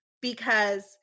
because-